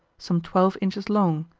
some twelve inches long,